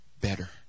better